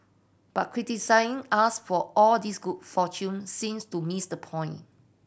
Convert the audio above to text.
but criticising us for all this good fortune seems to miss the point